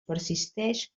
persisteix